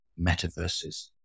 metaverses